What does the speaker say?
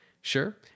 sure